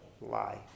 lie